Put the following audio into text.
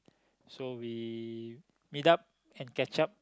so we meet up and catch up